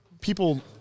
people –